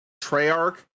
Treyarch